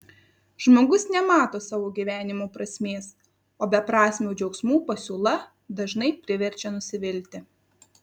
žmogus nemato savo gyvenimo prasmės o beprasmių džiaugsmų pasiūla dažnai priverčia nusivilti